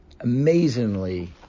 amazingly